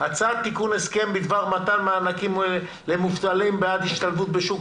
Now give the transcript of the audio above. הצעת תיקון הסכם בדבר מתן מענקים למובטלים בעד השתלבות בשוק